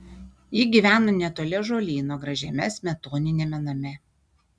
ji gyveno netoli ąžuolyno gražiame smetoniniame name